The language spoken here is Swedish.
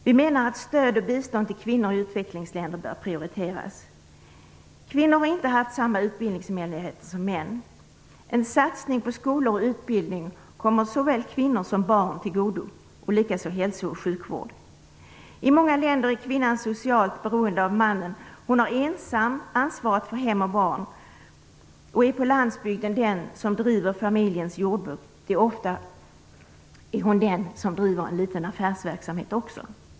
Vi menar att stöd och bistånd till kvinnor i utvecklingsländer bör prioriteras. Kvinnor har inte haft samma utbildningsmöjligheter som män. En satsning på skolor och utbildning kommer såväl kvinnor som barn till godo, likaså hälso och sjukvård. I många länder är kvinnan socialt beroende av mannen. Hon har ensam ansvaret för hem och barn och är på landsbygden den som driver familjens jordbruk. Ofta driver hon en liten affärsverksamhet också.